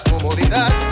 comodidad